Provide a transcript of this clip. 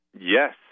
Yes